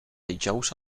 dijous